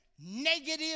negative